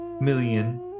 million